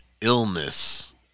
illness